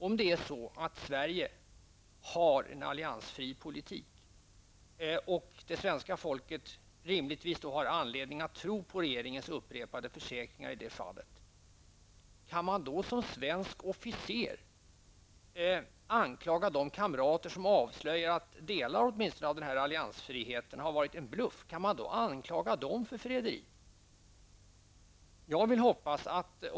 Om Sverige för en alliansfri politik och svenska folket rimligtvis har anledning att tro på regeringens upprepade försäkringar i det fallet, och det sedan avslöjas att åtminstone delar av den alliansfriheten har varit en bluff, kan man då som svensk officer anklaga dem som gör avslöjandet för förräderi?